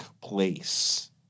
place